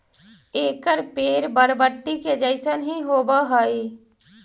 एकर पेड़ बरबटी के जईसन हीं होब हई